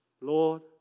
Lord